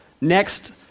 next